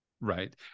Right